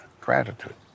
gratitude